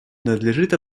надлежит